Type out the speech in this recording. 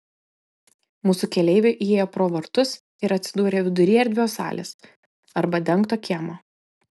mūsų keleiviai įėjo pro vartus ir atsidūrė vidury erdvios salės arba dengto kiemo